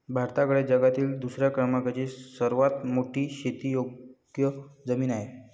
भारताकडे जगातील दुसऱ्या क्रमांकाची सर्वात मोठी शेतीयोग्य जमीन आहे